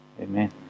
Amen